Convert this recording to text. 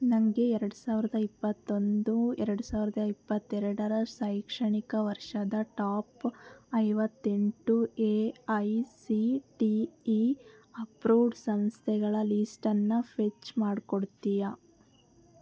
ನಂಗೆ ಎರಡು ಸಾವಿರ್ದ ಇಪ್ಪತ್ತೊಂದು ಎರಡು ಸಾವಿರ್ದ ಇಪ್ಪತ್ತೆರಡರ ಶೈಕ್ಷಣಿಕ ವರ್ಷದ ಟಾಪ್ ಐವತ್ತೆಂಟು A I C T E approved ಸಂಸ್ಥೆಗಳ ಲೀಸ್ಟನ್ನು ಫೆಚ್ ಮಾಡ್ಕೊಡ್ತೀಯಾ